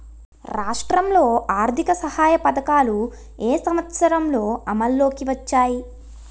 రాష్ట్రంలో ఆర్థిక సహాయ పథకాలు ఏ సంవత్సరంలో అమల్లోకి వచ్చాయి?